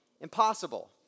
impossible